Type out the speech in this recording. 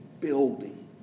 building